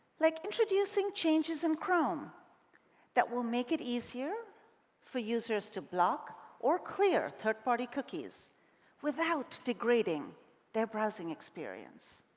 like introducing changes in chrome that will make it easier for users to block or clear third-party cookies without degrading their browsing experience,